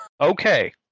Okay